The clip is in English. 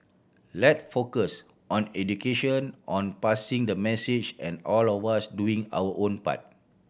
let focus on education on passing the message and all of us doing our own part